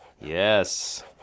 Yes